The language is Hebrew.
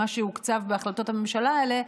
מה שהוקצב בהחלטות הממשלה האלה,